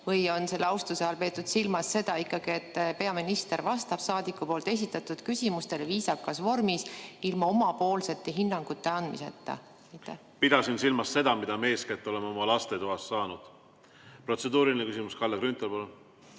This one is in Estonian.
Või on selle austuse all peetud silmas ikkagi seda, et peaminister vastab saadiku esitatud küsimustele viisakas vormis ilma omapoolsete hinnangute andmiseta? Pidasin silmas seda, mida me oleme eeskätt lastetoas saanud. Protseduuriline küsimus. Kalle Grünthal,